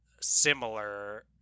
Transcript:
similar